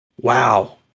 wow